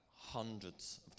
hundreds